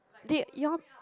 did your